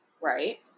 Right